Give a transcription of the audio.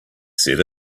said